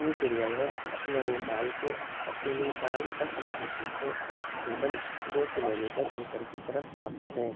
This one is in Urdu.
یہ چڑیا گھر نینیتال کے تلیتال بس اسٹیشن سے تقریباً دو کلو میٹر اوپر کی طرف واقع ہے